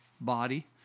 body